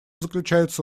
заключается